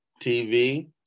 TV